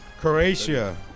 Croatia